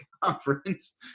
conference